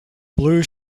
blue